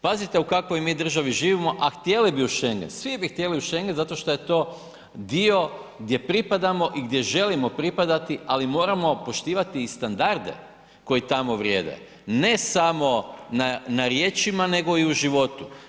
Pazite u kakvoj mi državi živimo, a htjeli bi u Schengen, svi bi htjeli u Schengen zato što je to dio gdje pripadamo i gdje želimo pripadati ali moramo poštivati i standarde koji tamo vrijede, ne samo na riječima nego i u životu.